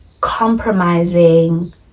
compromising